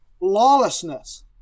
lawlessness